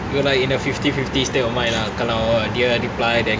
you're like in a fifty fifty state of mind lah kalau dia reply then